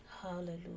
hallelujah